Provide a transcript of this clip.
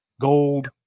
gold